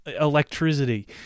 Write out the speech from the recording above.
electricity